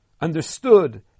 understood